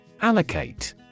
Allocate